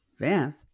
Vanth